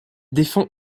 défend